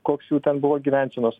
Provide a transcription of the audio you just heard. koks jų ten buvo gyvensenos